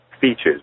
features